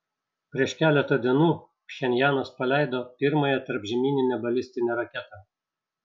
prieš keletą dienų pchenjanas paleido pirmąją tarpžemyninę balistinę raketą